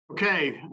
Okay